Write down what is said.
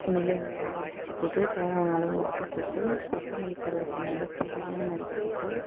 மிளகு அதெல்லாம் இடித்துப் போட்டு தேவையான அளவு உப்பு போட்டு கொத்தமல்லி கருவேப்பிலையை நல்லா துருவி நறுக்கிப் போட்டு